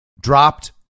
dropped